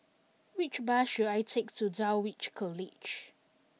which bus should I take to Dulwich College